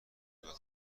بیاد